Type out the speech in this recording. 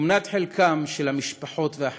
ומנת חלקם של המשפחות והחטופים.